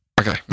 Okay